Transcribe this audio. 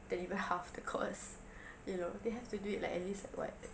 than you buy half the cost you know they have to do it like at least like what